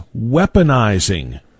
weaponizing